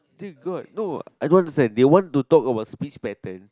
dude god no I don't understand they want to talk about speech pattern